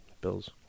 Bills